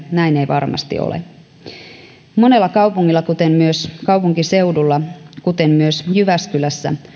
näin ei varmasti ole monella kaupungilla kuten myös kaupunkiseudulla myös jyväskylässä